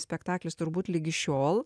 spektaklis turbūt ligi šiol